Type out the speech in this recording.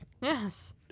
Yes